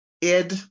id